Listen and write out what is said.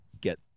get